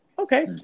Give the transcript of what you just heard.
okay